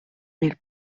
nel